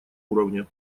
уровне